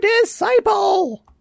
disciple